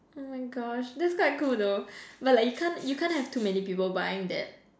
oh my gosh that's quite cool though but like you can't you can't have too many people buying that